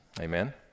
amen